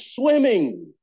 swimming